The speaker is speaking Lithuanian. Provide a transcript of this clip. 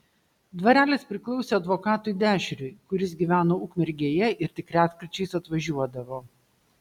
dvarelis priklausė advokatui dešriui kuris gyveno ukmergėje ir tik retkarčiais atvažiuodavo